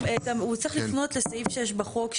גם הוא צריך לפנות לסעיף 6 בחוק,